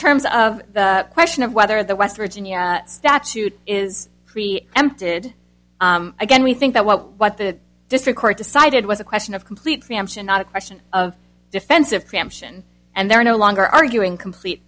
terms of the question of whether the west virginia statute is empted again we think that what what the district court decided was a question of complete preemption not a question of defensive preemption and they're no longer arguing complete